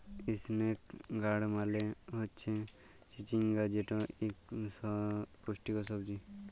ইসনেক গাড় মালে হচ্যে চিচিঙ্গা যেট ইকট পুষ্টিকর সবজি